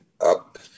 up